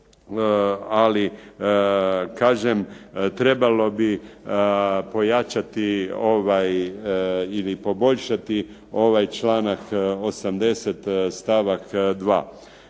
ali kažem trebalo bi pojačati ovaj ili poboljšati ovaj članak 80. stavak 2.